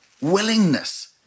willingness